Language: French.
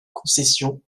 concession